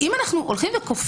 האם אנחנו כופים,